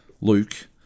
Luke